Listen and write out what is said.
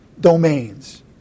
domains